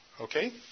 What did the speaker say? Okay